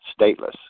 stateless